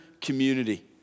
community